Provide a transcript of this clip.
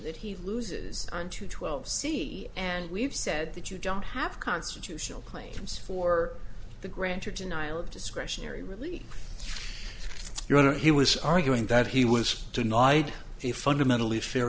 he loses one to twelve c and we've said that you don't have constitutional claims for the grantor denial of discretionary really your honor he was arguing that he was denied a fundamentally fair